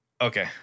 Okay